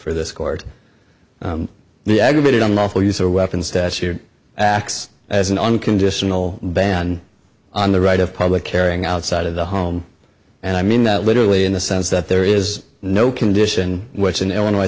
for this court the aggravated unlawful use of weapons that acts as an unconditional ban on the right of public airing outside of the home and i mean that literally in the sense that there is no condition which an illinois